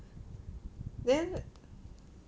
then